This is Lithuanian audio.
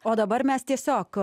o dabar mes tiesiog